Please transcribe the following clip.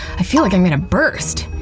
i feel like i'm gonna burst!